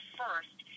first